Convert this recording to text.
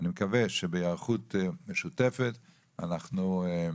אני מקווה שבהיערכות משותפת נצליח.